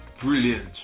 Brilliant